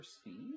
speed